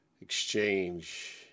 Exchange